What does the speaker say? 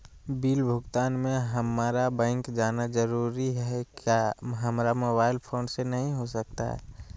Bill भुगतान में हम्मारा बैंक जाना जरूर है क्या हमारा मोबाइल फोन से नहीं हो सकता है?